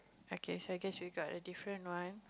okay so I guess we got a different one